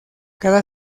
cada